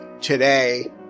today